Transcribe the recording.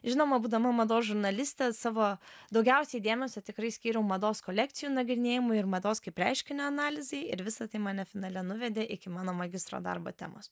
žinoma būdama mados žurnalistė savo daugiausiai dėmesio tikrai skyriau mados kolekcijų nagrinėjimui ir mados kaip reiškinio analizei ir visa tai mane finale nuvedė iki mano magistro darbą temos